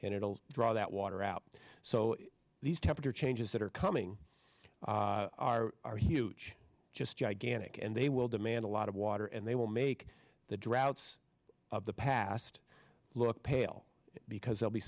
and it will draw that water out so these temperature changes that are coming are huge just gigantic and they will demand a lot of water and they will make the droughts of the past look pale because they'll be